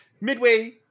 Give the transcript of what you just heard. Midway